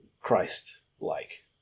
Christ-like